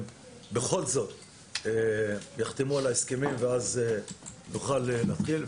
בכל זאת יחתמו על ההסכמים ואז נוכל להתחיל.